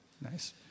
nice